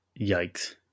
Yikes